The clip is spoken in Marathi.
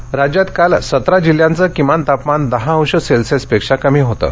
हवामान राज्यात काल सतरा जिल्ह्यांचं किमान तापमान दहा अंश सेल्सियसपेक्षा कमी होतं